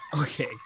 okay